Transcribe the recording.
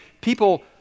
people